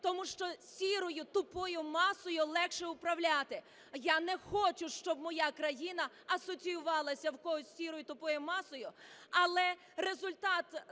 тому що сірою тупою масою легше управляти. Я не хочу, щоб моя країна асоціювалася в когось з сірою тупою масою, але результат